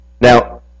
Now